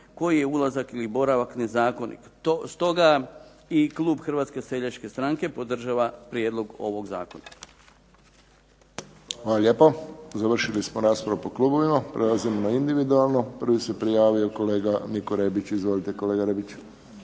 kojih je ulazak ili boravak nezakonit. Stoga i klub Hrvatske seljačke stranke podržava prijedlog ovog zakona. **Friščić, Josip (HSS)** Hvala lijepo. Završili smo raspravu po klubovima. Prelazimo na individualno. Prvi se prijavio kolega Niko Rebić. Izvolite, kolega Rebić.